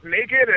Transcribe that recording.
naked